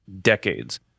decades